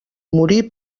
morí